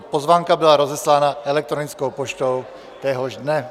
Pozvánka byla rozeslána elektronickou poštou téhož dne.